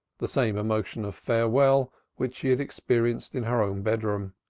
the same emotion of farewell which she had experienced in her own bedroom.